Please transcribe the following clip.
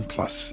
Plus